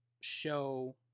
show